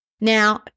Now